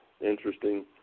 interesting